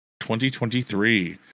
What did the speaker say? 2023